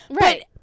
Right